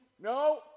No